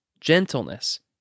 gentleness